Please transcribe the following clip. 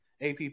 AP